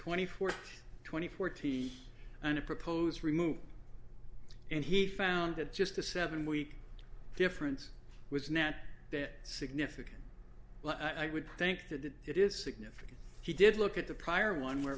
twenty four twenty forty and i propose remove and he found at just the seven week difference was nat that significant but i would think that it is significant he did look at the prior one where